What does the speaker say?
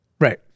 right